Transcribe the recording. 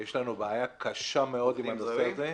יש לנו בעיה קשה מאוד עם הנושא הזה.